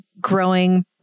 growing